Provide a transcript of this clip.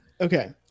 okay